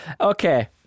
Okay